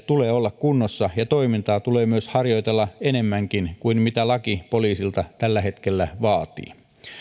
tulee olla kunnossa ja toimintaa tulee myös harjoitella enemmänkin kuin mitä laki poliisilta tällä hetkellä vaatii